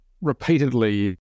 repeatedly